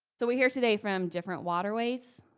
so we'll hear today from different waterways,